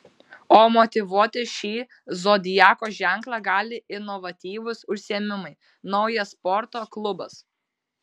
o motyvuoti šį zodiako ženklą gali inovatyvūs užsiėmimai naujas sporto klubas